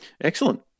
Excellent